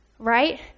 right